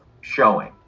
showing